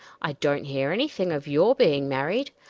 i don't hear anything of your being married,